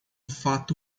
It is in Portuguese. fato